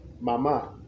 Mama